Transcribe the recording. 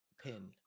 pin